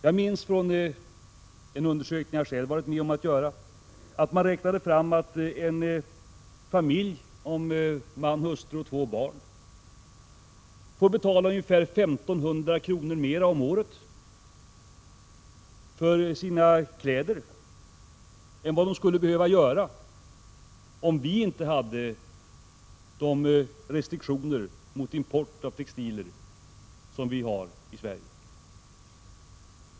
Jag minns från en undersökning jag själv varit med om att göra att man räknade fram att en familj om man, hustru och två barn får betala ungefär 1 500 kr. mer om året för sina kläder än vad de skulle behöva göra om vi inte hade de restriktioner mot import av textilier som vi har i Sverige.